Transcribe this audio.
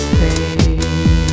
pain